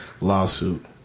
lawsuit